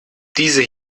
diese